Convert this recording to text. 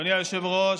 אדוני היושב-ראש,